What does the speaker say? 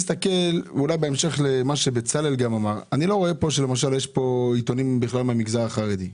ובהמשך למה שבצלאל אמר אני לא רואה שיש פה עיתונים מהמגזר החרדי.